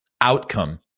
outcome